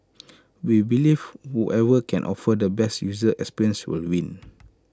we believe whoever can offer the best user experience will win